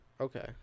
Okay